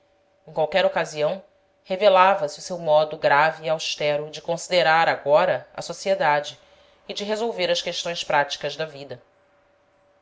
em qualquer ocasião revelava se o seu modo grave e austero de considerar agora a sociedade e de resolver as questões práticas da vida